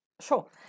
Sure